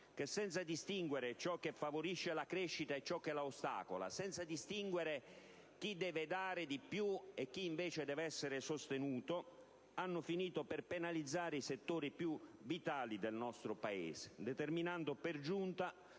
che, senza distinguere ciò che favorisce la crescita e ciò che la ostacola (senza alcuna distinzione tra chi deve dare di più e chi invece deve essere sostenuto), hanno finito per penalizzare i settori vitali del nostro Paese, determinando per giunta,